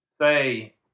say